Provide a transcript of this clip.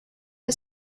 the